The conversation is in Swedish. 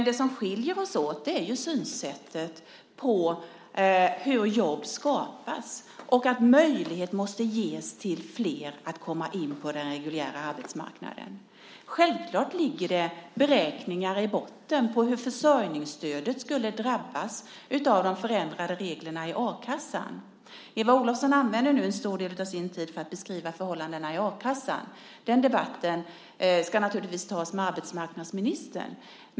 Det som skiljer oss åt är ju synsättet på hur jobb skapas och att möjlighet måste ges till flera att komma in på den reguljära arbetsmarknaden. Självklart ligger det beräkningar i botten på hur försörjningsstödet skulle drabbas av de förändrade reglerna i a-kassan. Eva Olofsson använde nu en stor del av sin tid till att beskriva förhållandena i a-kassan. Den debatten ska naturligtvis tas med arbetsmarknadsministern.